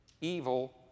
evil